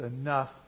enough